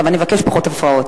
אבקש פחות הפרעות.